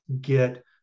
get